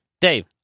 Dave